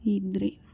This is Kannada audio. ಇದ್ರಿ